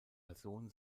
person